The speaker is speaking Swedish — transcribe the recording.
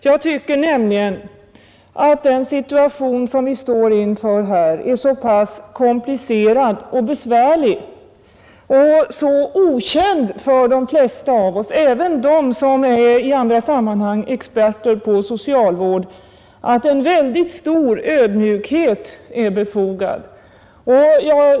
Jag tycker nämligen att den situation som vi står inför här är så pass komplicerad och besvärlig och så okänd för de flesta av oss — även för dem som i andra sammanhang är experter på socialvård — att en mycket stor ödmjukhet är befogad.